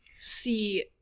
see